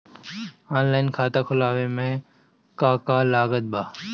Online खाता खुलवावे मे का का लागत बा?